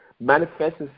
manifests